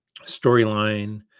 storyline